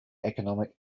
economic